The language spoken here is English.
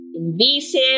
invasive